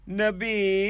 nabi